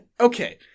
okay